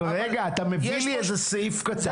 אבל רגע, אתה מביא לי איזה סעיף קטן.